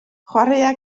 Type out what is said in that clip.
chwaraea